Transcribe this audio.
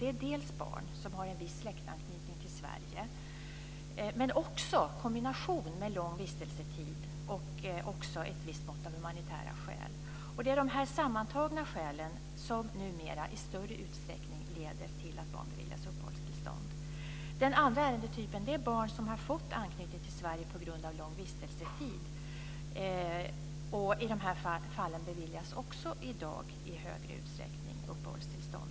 Det gäller bl.a. barn med en viss släktanknytning till Sverige men också med en kombination av lång vistelsetid och ett mått av humanitära skäl. Det är de sammantagna skälen som numera i större utsträckning leder till att barn beviljas uppehållstillstånd. Den andra ärendetypen gäller barn som har fått anknytning till Sverige på grund av lång vistelsetid, och de familjerna beviljas i dag i högre utsträckning uppehållstillstånd.